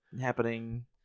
happening